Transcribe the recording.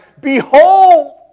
Behold